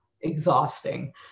exhausting